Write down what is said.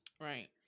Right